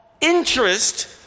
interest